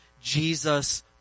Jesus